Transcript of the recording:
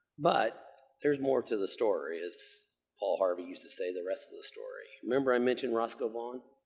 but there's more to the story, as paul harvey used to say, the rest of the story. remember i mentioned roscoe vaugh? um